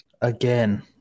Again